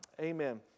Amen